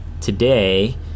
today